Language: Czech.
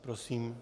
Prosím.